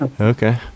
okay